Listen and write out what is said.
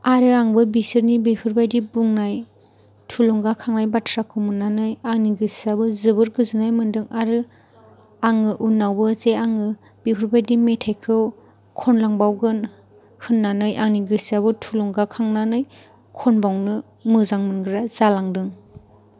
आरो आंबो बिसोरनि बेफोरबायदि बुंनाय थुलुंगा खांनाय बाथ्राखौ मोननानै आंनि गोसोआबो जोबोर गोजोननाय मोनदों आरो आङो उनावबो जे आङो बेफोरबायदि मेथाइखौ खनलांबावगोन होननानै आंनि गोसोआबो थुलुंगा खांनानै खनबावनो मोजां मोनग्रा जालांदों